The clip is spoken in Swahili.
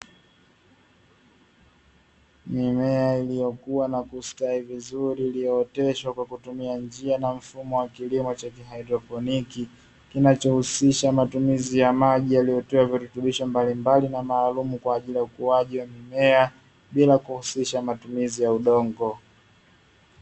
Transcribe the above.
Mimea iliyokuwa na kustawi vizuri iliyooteshwa kwa kutumia njia na mfumo wa kilimo cha haidroponi, kinachohusisha matumizi ya maji yaliyotiwa virutubisho mbalimbali na maalumu kwa ajili ya ukuaji mimea, bila kuhusisha matumizi ya udongo.